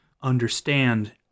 understand